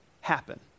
happen